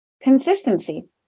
consistency